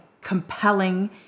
compelling